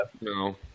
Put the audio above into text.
No